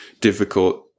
difficult